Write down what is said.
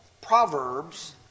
Proverbs